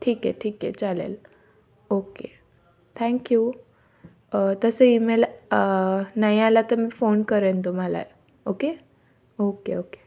ठीक आहे ठीक आहे चालेल ओके थँक्यू तसं ईमेल नाही आला त मी फोन करेन तुम्हाला ओके ओके ओके